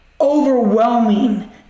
overwhelming